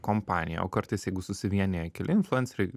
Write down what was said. kompanija o kartais jeigu susivienija keli influenceriai